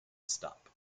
stop